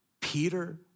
Peter